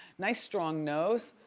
nice strong nose.